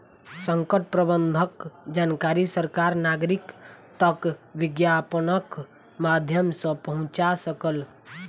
संकट प्रबंधनक जानकारी सरकार नागरिक तक विज्ञापनक माध्यम सॅ पहुंचा सकल